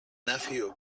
nephew